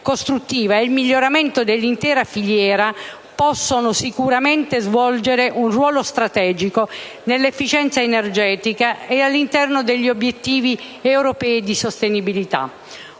costruttiva e il miglioramento dell'intera filiera possono sicuramente svolgere un ruolo strategico nell'efficienza energetica e all'interno degli obiettivi europei di sostenibilità.